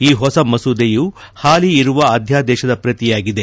ಈ ಹೊಸ ಮಸೂದೆಯು ಹಾಲಿ ಇರುವ ಅಧ್ಯಾದೇಶದ ಪ್ರತಿಯಾಗಿದೆ